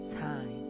time